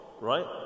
right